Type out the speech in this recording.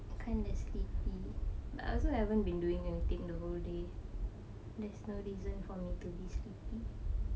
kind of sleepy but I also haven't been doing anything the whole day there's no reason for me to be sleepy